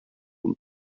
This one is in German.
und